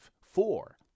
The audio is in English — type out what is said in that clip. four